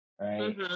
Right